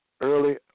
early